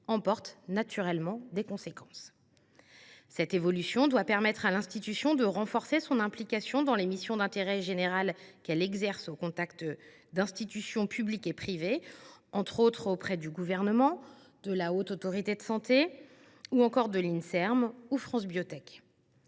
emporte naturellement des conséquences. Cette évolution doit permettre à l’institution de renforcer son implication dans les missions d’intérêt général qu’elle exerce au contact d’institutions publiques et privées, entre autres auprès du Gouvernement, de la Haute Autorité de santé ou encore de l’Institut national